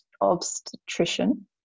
obstetrician